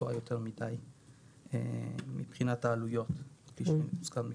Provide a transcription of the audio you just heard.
לפגוע יותר מדי מבחינת העלויות שהוזכרו קודם.